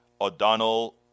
O'Donnell